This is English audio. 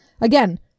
again